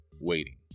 waiting